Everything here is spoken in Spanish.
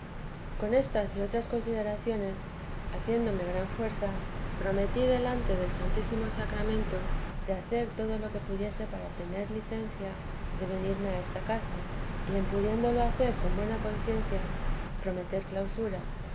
con estas y otras consideraciones haciéndome gran fuerza prometí delante del santísimo sacramento de hacer todo lo que pudiese para tener licencia de venirme a esta casa y en pudiéndolo hacer con buena conciencia prometer clausura